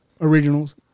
originals